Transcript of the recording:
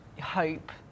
hope